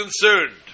concerned